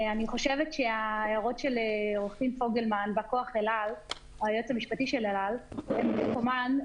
אני חושבת שההערות של עו"ד פוגלמן היועץ המשפטי של אל על הן במקומן.